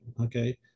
okay